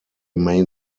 main